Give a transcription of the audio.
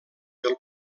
del